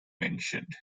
mentioned